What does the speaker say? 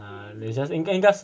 ah it's just 应该应该